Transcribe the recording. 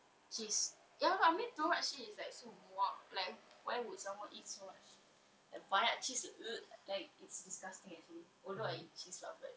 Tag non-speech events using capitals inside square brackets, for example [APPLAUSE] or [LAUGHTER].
cheese ya I mean too much cheese is like so muak like why would someone eat so much like banyak cheese [NOISE] like it's disgusting actually although I eat cheese lah but